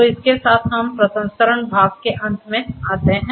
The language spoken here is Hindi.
तो इसके साथ हम प्रसंस्करण भाग के अंत में आते हैं